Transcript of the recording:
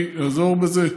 אני אעזור בזה.